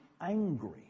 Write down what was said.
angry